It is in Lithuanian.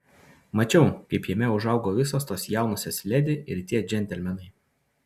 mačiau kaip jame užaugo visos tos jaunosios ledi ir tie džentelmenai